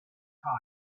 time